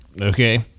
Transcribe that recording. Okay